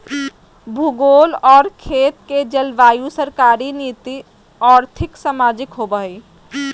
भूगोल और खेत के जलवायु सरकारी नीति और्थिक, सामाजिक होबैय हइ